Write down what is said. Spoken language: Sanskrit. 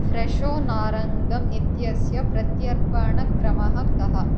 फ़्रेशो नारङ्गम् इत्यस्य प्रत्यर्पणक्रमः कः